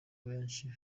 benshi